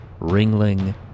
Ringling